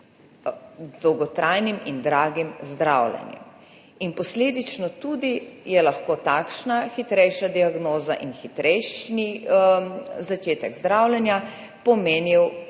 dolgotrajnim in dragim zdravljenjem. Posledično je lahko hitrejša diagnoza in hitrejši začetek zdravljenja pomenil